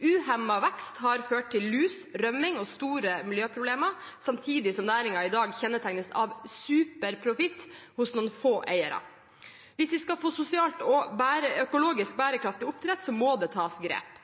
Uhemmet vekst har ført til lus, rømming og store miljøproblemer, samtidig som næringen i dag kjennetegnes av superprofitt hos noen få eiere. Hvis vi skal få et sosialt og økologisk bærekraftig oppdrett, må det tas grep.